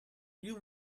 you